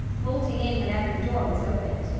bolting in whenever the door was opened.